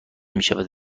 میشود